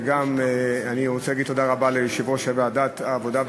ואני גם רוצה להגיד תודה רבה ליושב-ראש ועדת העבודה,